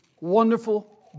wonderful